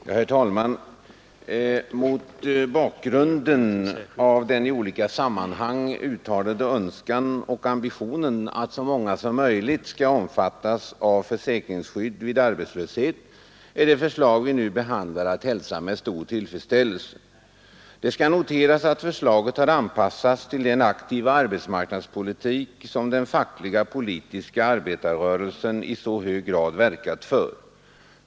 Herr talman! Mot bakgrunden av den i olika sammanhang uttalade önskan och ambitionen att så många som möjligt skall omfattas av försäkringsskydd vid arbetslöshet är det förslag vi nu behandlar att hälsa med stor tillfredsställelse. Det skall noteras att förslaget har anpassats till den aktiva arbetsmarknadspolitik som den fackliga och politiska arbetarrörelsen i så hög grad verkat för.